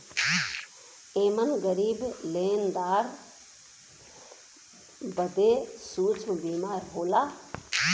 एमन गरीब लेनदार बदे सूक्ष्म बीमा होला